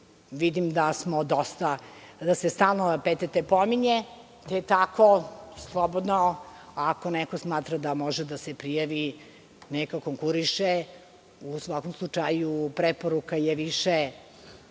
rizik, vidim da se stalno PTT pominje, te tako, slobodno, ako neko smatra da može da se prijavi, neka konkuriše. U svakom slučaju, preporuka je više